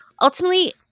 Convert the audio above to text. ultimately